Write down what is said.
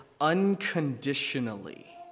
unconditionally